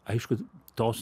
aišku tos